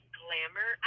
glamour